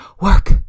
work